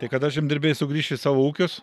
tai kada žemdirbiai sugrįš į savo ūkius